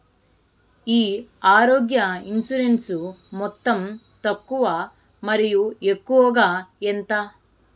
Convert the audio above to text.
ఈ ఆరోగ్య ఇన్సూరెన్సు మొత్తం తక్కువ మరియు ఎక్కువగా ఎంత?